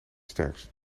sterkst